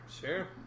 Sure